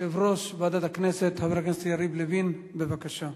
יושב-ראש ועדת הכנסת, חבר הכנסת יריב לוין, בבקשה.